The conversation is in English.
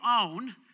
own